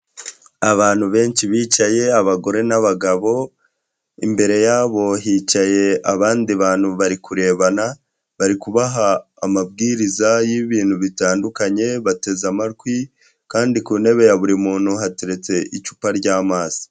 Abantu benshi bicaye abagore n'abagabo, imbere yabo hicaye abandi bantu bari kurebana, bari kubaha amabwiriza y'ibintu bitandukanye, bateze amatwi kandi ku ntebe ya buri muntu hateretse icupa ry’amazi.